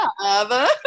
love